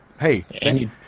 hey